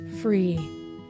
free